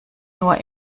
nur